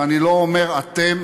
ואני לא אומר אתם,